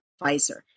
Pfizer